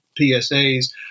PSAs